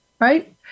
Right